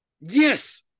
Yes